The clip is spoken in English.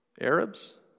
Arabs